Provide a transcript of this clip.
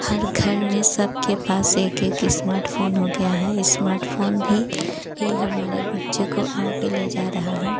हर घर में सबके पास एक एक इस्माटफ़ोन हो गया है इस्माटफ़ोन भी ही हमारे बच्चे को आगे ले जा रहा है